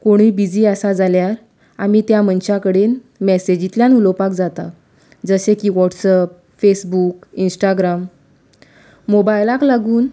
कोणूय बिझी आसा जाल्यार आमी त्या मनशा कडेन मॅसेजिंतल्यान उलोवपाक जाता जशे की वोटसॅएप फेसबूक इन्स्टाग्राम मोबायलाक लागून